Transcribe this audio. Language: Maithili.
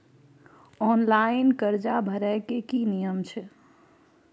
ऑनलाइन कर्जा भरै के की नियम छै?